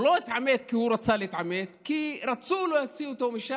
הוא לא התעמת כי הוא רצה להתעמת אלא כי רצו להוציא אותו משם,